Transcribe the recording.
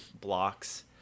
blocks